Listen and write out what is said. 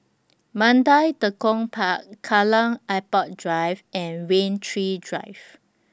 Mandai Tekong Park Kallang Airport Drive and Rain Tree Drive